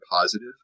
positive